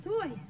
toys